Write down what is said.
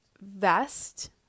vest